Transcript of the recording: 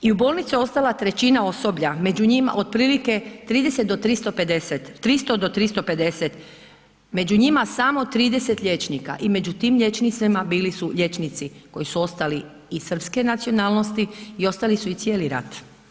I u bolnici ostala trećina osoblja, među njima, otprilike 30 do 350, 300 do 350, među njima samo 30 liječnika i među tim liječnicima bili su liječnici koji su ostali i srpske nacionalnosti i ostali su i cijeli rat.